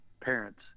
parents